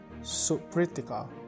Supritika